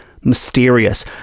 mysterious